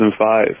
2005